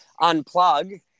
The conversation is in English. unplug